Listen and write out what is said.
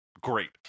Great